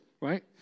right